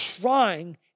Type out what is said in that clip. trying